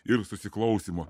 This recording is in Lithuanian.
ir susiklausymo